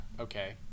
okay